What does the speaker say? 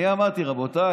אני אמרתי: רבותיי,